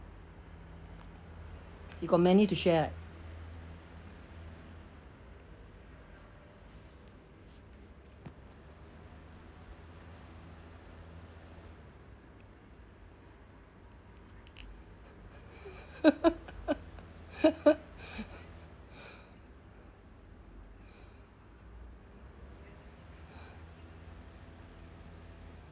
you got many to share right